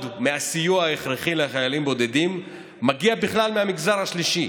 מהסיוע ההכרחי לחיילים בודדים מגיע בכלל מהמגזר השלישי.